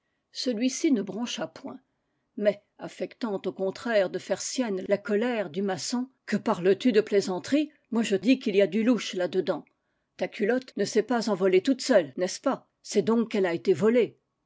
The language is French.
celui-ci ne broncha point mais affectant au contraire de faire sienne la colère du maçon que parles-tu de plaisanterie moi je dis qu'il y a du louche là dedans ta culotte ne s'est pas envolée toute seule n'est-ce pas c'est donc qu'elle a été volée